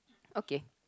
okay